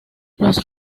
los